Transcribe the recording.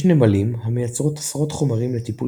יש נמלים המייצרות עשרות חומרים לטיפול